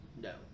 No